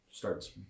starts